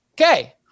Okay